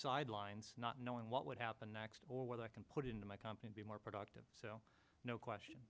sidelines not knowing what would happen next or what i can put into my company to be more productive so no question